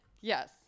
yes